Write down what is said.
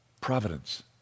providence